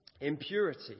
impurity